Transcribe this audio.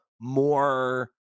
more